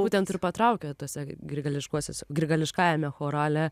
būtent ir patraukia tuose grigališkuosiuose grigališkajame chorale